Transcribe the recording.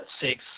six